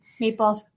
Meatballs